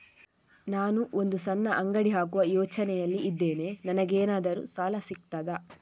ನಾನು ಒಂದು ಸಣ್ಣ ಅಂಗಡಿ ಹಾಕುವ ಯೋಚನೆಯಲ್ಲಿ ಇದ್ದೇನೆ, ನನಗೇನಾದರೂ ಸಾಲ ಸಿಗ್ತದಾ?